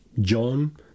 John